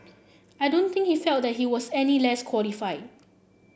I don't think he felt that he was any less qualified